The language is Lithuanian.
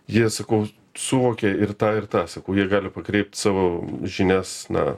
jie sakau suvokia ir tą ir tą sakau jie gali pakreipt savo žinias na